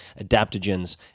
adaptogens